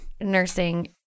nursing